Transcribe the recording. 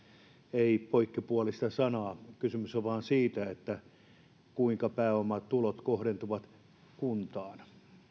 ei poikkipuolista sanaa kysymys on vain siitä kuinka pääomatulot kohdentuvat kuntaan